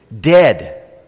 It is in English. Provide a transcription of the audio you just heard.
dead